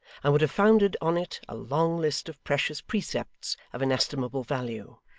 and would have founded on it a long list of precious precepts of inestimable value,